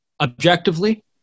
objectively